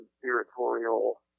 conspiratorial